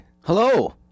Hello